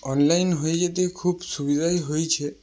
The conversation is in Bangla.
অনলাইন হয়ে যেতে খুব সুবিধাই হয়েছে